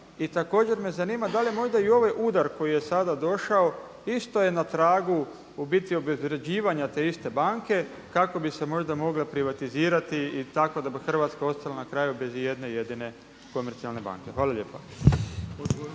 I također me zanima da li je možda i ovaj udar koji je sada došao isto je na tragu u biti obezvrjeđivanja te iste banke kako bi se možda mogle privatizirati tako da bi Hrvatska ostala na kraju bez i jedne jedine komercijalne banke. Hvala lijepa.